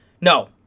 no